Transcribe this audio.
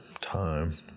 time